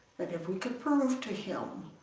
that if we could prove to him,